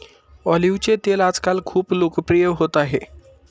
ऑलिव्हचे तेल आजकाल खूप लोकप्रिय होत आहे